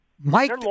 Mike